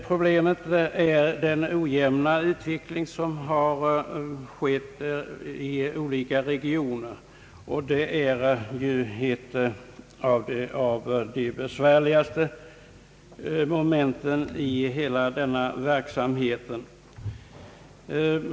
Problemet är den ojämna utvecklingen i olika regioner, vilket är ett av de besvärligaste momenten på detta område.